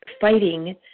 fighting